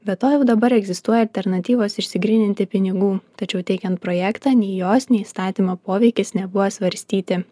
be to jau dabar egzistuoja alternatyvos išsigryninti pinigų tačiau teikiant projektą nei jos nei įstatymo poveikis nebuvo svarstyti